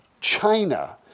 China